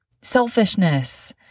selfishness